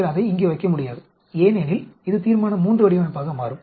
நீங்கள் அதை இங்கே வைக்க முடியாது ஏனெனில் இது தீர்மான III வடிவமைப்பாக மாறும்